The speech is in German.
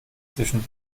zwischen